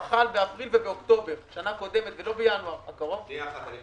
חל באפריל ובאוקטובר בשנה הקודמת ולא בינואר הקרוב